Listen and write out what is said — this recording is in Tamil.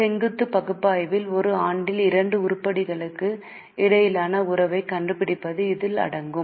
செங்குத்து பகுப்பாய்வில் ஒரே ஆண்டில் இரண்டு உருப்படிகளுக்கு இடையிலான உறவைக் கண்டுபிடிப்பது இதில் அடங்கும்